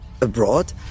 abroad